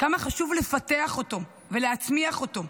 כמה חשוב לפתח אותו ולהצמיח אותו.